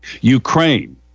Ukraine